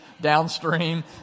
downstream